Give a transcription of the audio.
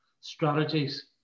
strategies